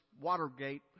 Watergate